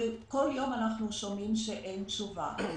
וכל יום אנחנו שומעים שאין תשובה.